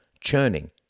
churning